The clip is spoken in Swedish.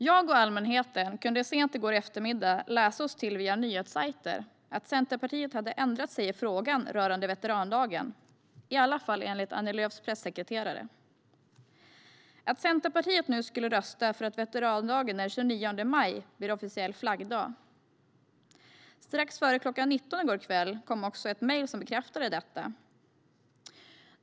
Jag och allmänheten kunde sent i går eftermiddag via nyhetssajter läsa oss till att Centerpartiet hade ändrat sig i frågan rörande veterandagen, i alla fall enligt Annie Lööfs pressekreterare, och att Centerpartiet nu skulle rösta för att veterandagen den 29 maj blir officiell flaggdag. Strax före kl. 19 i går kväll kom ett mejl som bekräftade detta.